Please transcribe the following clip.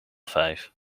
vijf